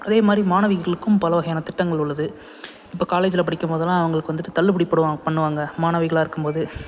அதே மாதிரி மாணவிகளுக்கும் பல வகையான திட்டங்கள் உள்ளது இப்போ காலேஜில் படிக்கும்போதெல்லாம் அவங்களுக்கு வந்துட்டு தள்ளுபடி பண்ணுவாங்க மாணவிகளாக இருக்கும்போது